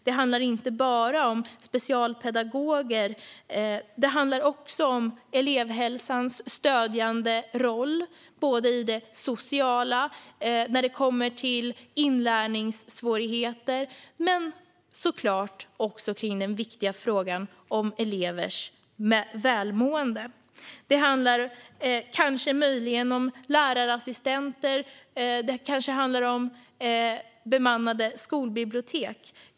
Det handlar inte bara om specialpedagoger, utan det handlar också om elevhälsans stödjande roll, såväl i det sociala och när det gäller inlärningssvårigheter som i den viktiga frågan om elevers välmående. Det handlar möjligen om lärarassistenter, och det handlar kanske om bemannade skolbibliotek.